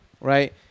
right